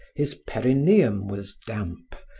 his perinaeum was damp,